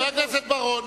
חבר הכנסת בר-און.